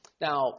Now